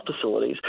facilities